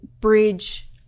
bridge